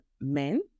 men